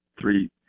three